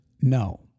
no